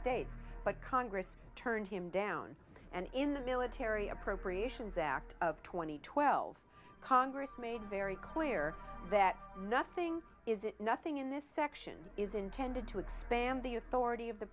states but congress turned him down and in the military appropriations act of two thousand and twelve congress made very clear that nothing is it nothing in this section is intended to expand the authority of the